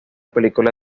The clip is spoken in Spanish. película